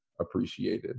appreciated